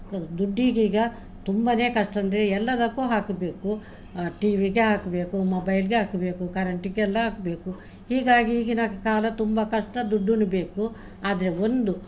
ದುಡ್ಡಿಗೀಗ ತುಂಬಾನೇ ಕಷ್ಟಂದರೆ ಎಲ್ಲದಕ್ಕೂ ಹಾಕಬೇಕು ಟಿವಿಗೆ ಹಾಕಬೇಕು ಮೊಬೈಲ್ಗೆ ಹಾಕ್ಬೇಕು ಕರೆಂಟಿಗೆಲ್ಲ ಹಾಕ್ಬೇಕು ಹೀಗಾಗಿ ಈಗಿನ ಕಾಲ ತುಂಬ ಕಷ್ಟ ದುಡ್ಡುನು ಬೇಕು ಆದರೆ ಒಂದು